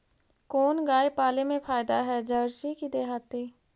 कोन गाय पाले मे फायदा है जरसी कि देहाती?